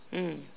mm